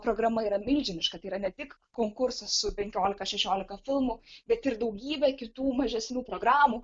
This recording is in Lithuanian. programa yra milžiniška tai yra ne tik konkursas su penkiolika šešiolika filmų bet ir daugybė kitų mažesnių programų